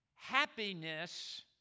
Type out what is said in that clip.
Happiness